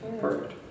Perfect